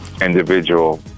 individual